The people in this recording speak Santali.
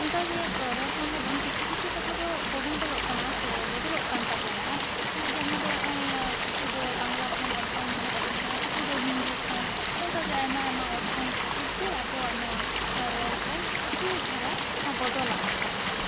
ᱚᱝᱠᱟ ᱜᱮ ᱨᱚᱲ ᱠᱟᱱ ᱨᱮᱦᱚᱸ ᱵᱚᱱ ᱠᱤᱪᱷᱩ ᱠᱤᱪᱷᱩ ᱠᱟᱛᱷᱟ ᱫᱚ ᱵᱚᱱᱚᱫᱚᱞᱚᱜ ᱠᱟᱱᱟ ᱥᱮ ᱵᱚᱫᱚᱞᱚᱜ ᱠᱟᱱ ᱛᱟᱵᱚᱱᱟ ᱡᱟᱦᱟᱸ ᱫᱚ ᱱᱚᱜ ᱟᱭ ᱠᱤᱪᱷᱩ ᱫᱚ ᱵᱟᱝᱞᱟ ᱠᱷᱚᱱ ᱚᱨᱚᱝ ᱦᱮᱡ ᱟᱵᱚᱱ ᱠᱟᱱᱟ ᱠᱤᱪᱷᱩ ᱫᱚ ᱦᱤᱱᱫᱤ ᱠᱷᱚᱱ ᱱᱚᱝᱠᱟ ᱜᱮ ᱟᱭᱢᱟ ᱟᱭᱢᱟ ᱚᱨᱥᱚᱝ ᱠᱷᱟᱹᱛᱤᱨ ᱛᱮ ᱟᱵᱚᱣᱟᱜ ᱱᱚᱣᱟ ᱨᱚᱲ ᱠᱚ ᱠᱤᱪᱷᱩ ᱫᱷᱟᱨᱟ ᱵᱚᱫᱚᱞ ᱟᱠᱟᱱ ᱛᱟᱵᱚᱱᱟ